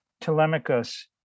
Telemachus